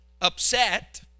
upset